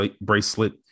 bracelet